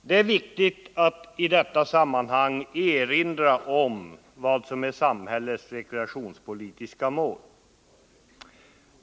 Det är viktigt att i detta sammanhang erinra om vad som är samhällets rekreationspolitiska mål.